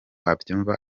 abyumva